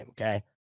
okay